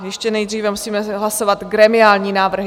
Ještě nejdříve musíme hlasovat gremiální návrhy.